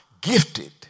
gifted